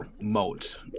moat